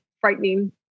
frightening